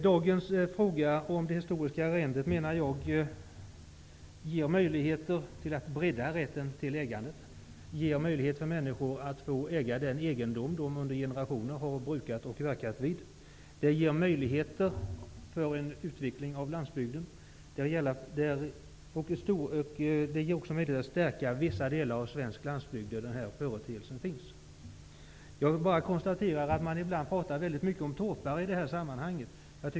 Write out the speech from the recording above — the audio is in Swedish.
Dagens fråga om det historiska arrendet ger möjligheter till att bredda rätten till ägandet och ger möjlighet för människor att få äga den egendom som de under generationer har brukat och verkat vid. Det ger möjligheter för en utveckling av landsbygden och möjligheter att stärka vissa delar av svensk landsbygd, där denna företeelse finns. Jag konstaterar att man ibland talar mycket om torpare i detta sammanhang.